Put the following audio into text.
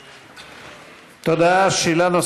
תודה.